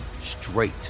straight